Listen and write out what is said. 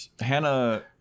Hannah